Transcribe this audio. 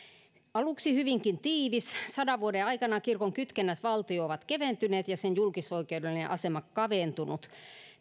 aluksi hyvinkin tiivis sadan vuoden aikana kirkon kytkennät valtioon ovat keventyneet ja sen julkisoikeudellinen asema kaventunut